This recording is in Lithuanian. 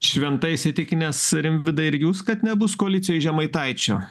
šventai įsitikinęs rimvydai ir jūs kad nebus koalicijoj žemaitaičio